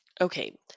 Okay